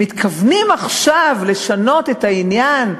הם מתכוונים עכשיו לשנות את העניין,